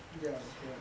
ya correct